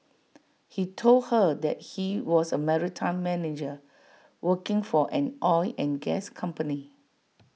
he told her that he was A maritime manger working for an oil and gas company